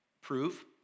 prove